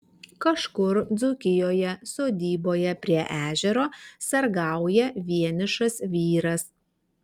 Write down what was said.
kažkur dzūkijoje sodyboje prie ežero sargauja vienišas vyras